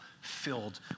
filled